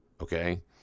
okay